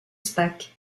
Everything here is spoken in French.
spaak